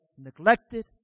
neglected